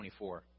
24